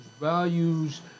values